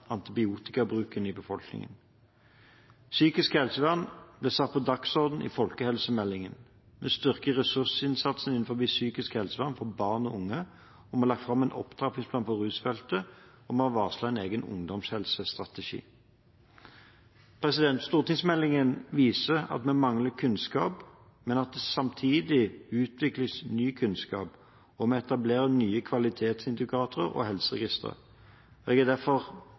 antibiotikabruken i befolkningen. Psykisk helsevern ble satt på dagsordenen i folkehelsemeldingen. Vi styrker ressursinnsatsen innen psykisk helsevern for barn og unge, vi har lagt fram en opptrappingsplan for rusfeltet, og vi har varslet en egen ungdomshelsestrategi. Stortingsmeldingen viser at vi mangler kunnskap, men at det samtidig utvikles ny kunnskap, og vi etablerer nye kvalitetsindikatorer og helseregistre. Jeg er derfor